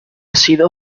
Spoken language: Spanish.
sido